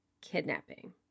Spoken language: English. kidnapping